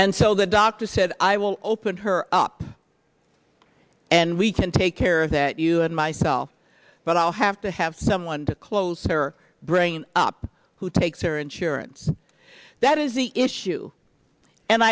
and so the doctor said i will open her up and we can take care that you and myself but i'll have to have someone to close her brain up who takes her insurance that is the issue and